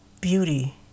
beauty